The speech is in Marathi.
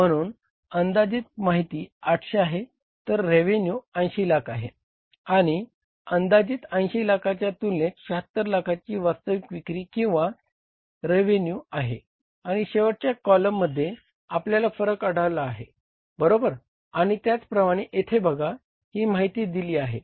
म्हणून अंदाजित माहिती 800 आहे तर रेवेन्यू 80 लाख आहे आणि अंदाजित 80 लाखाच्या तुलनेत 76 लाखाची वास्तविक विक्री किंवा रेवेन्यू आहे आणि शेवटच्या कॉलममध्ये आपल्याला फरक आढळा आहे बरोबर आणि त्याचप्रमाणे येथे बघा ही माहिती दिली आहे